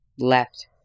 Left